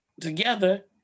together